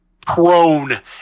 prone